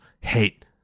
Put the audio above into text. hate